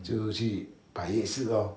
就去摆夜市 lor